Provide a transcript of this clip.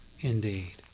indeed